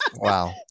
Wow